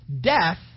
death